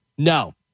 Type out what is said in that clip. No